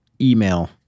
email